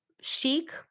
chic